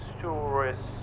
tourists